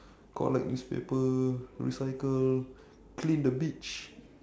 collect newspaper recycle clean the beach